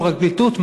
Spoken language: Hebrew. הפרקליטות,